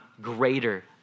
greater